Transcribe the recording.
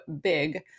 big